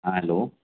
ہاں ہیلو